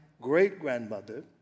great-grandmother